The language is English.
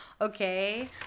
okay